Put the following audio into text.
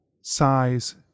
size